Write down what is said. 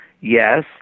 Yes